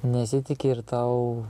nesitiki ir tau